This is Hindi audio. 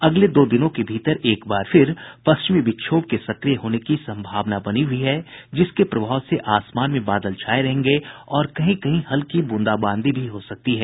अगले दो दिनों के भीतर एक बार फिर पश्चिमी विक्षोभ के सक्रिय होने की सम्भावना बनी हुई है जिसके प्रभाव से आसमान में बादल छाये रहेंगे और कहीं कहीं हल्की बूंदाबांदी भी हो सकती है